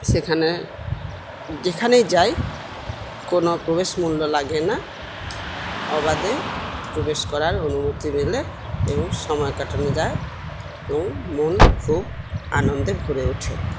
সেখানে যেখানেই যাই কোনো প্রবেশ মূল্য লাগে না অবাধে প্রবেশ করার অনুমতি মেলে এবং সময় কাটানো যায় এবং মন খুব আনন্দে ভরে ওঠে